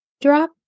drop